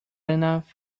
enough